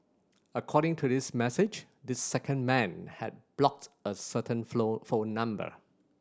according to this message this second man had block a certain phone number